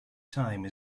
time